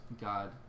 God